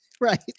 Right